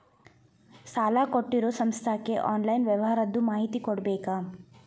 ಸಾಲಾ ಕೊಟ್ಟಿರೋ ಸಂಸ್ಥಾಕ್ಕೆ ಆನ್ಲೈನ್ ವ್ಯವಹಾರದ್ದು ಮಾಹಿತಿ ಕೊಡಬೇಕಾ?